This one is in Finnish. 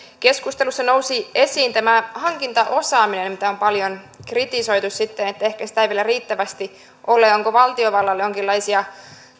keskustelussa nousi esiin tämä hankintaosaaminen mitä on paljon kritisoitu sitten että ehkä sitä ei vielä riittävästi ole onko valtiovallalla jonkinlaisia